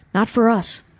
not for us.